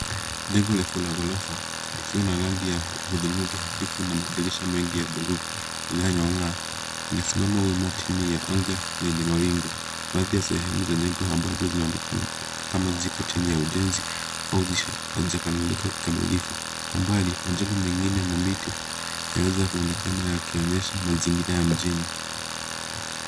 Jengo refu la ghorofa likiwa na rangi ya hudhurungi hafifu na madirisha mengi ya blue inayongaa, inasimama wima chini ya anga yenye mawingu. Baadhi ya sehemu za jengo ambazo zinaonekana kama bado ziko chini ya ujenzi, au hazijakamilika kikamilifu. Kwa mbali, majengo mengine na miti yanaweza kuonekana yakionyesha mazingira ya mjini.